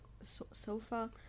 Sofa